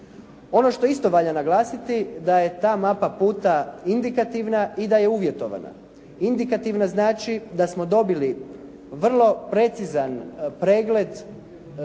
Ono što isto valja naglasiti, da je ta mapa puta indikativna i da je uvjetovana. Indikativna znači da smo dobili vrlo precizan pregled